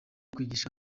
kwigisha